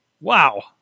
Wow